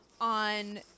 on